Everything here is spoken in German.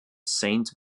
saint